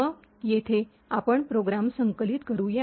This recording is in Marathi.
म्हणून येथे आपण प्रोग्रॅम संकलित करू या